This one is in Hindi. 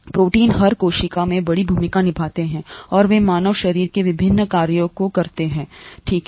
प्रोटीन हर कोशिका में बड़ी भूमिका निभाते हैं और वे मानव शरीर के विभिन्न कार्यों को करते हैं संभव है ठीक है